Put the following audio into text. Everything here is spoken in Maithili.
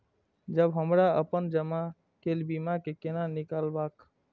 जब हमरा अपन जमा केल बीमा के केना निकालब?